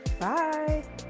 Bye